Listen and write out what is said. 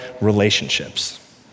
relationships